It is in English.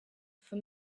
for